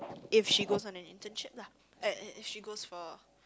if she goes on an internship lah if if she goes for